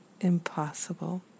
impossible